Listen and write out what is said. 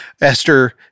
Esther